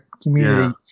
community